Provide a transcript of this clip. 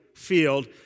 Field